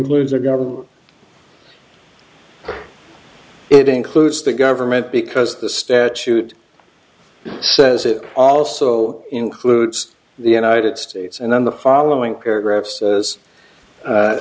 includes the government it includes the government because the statute says it also includes the united states and then the following paragraph says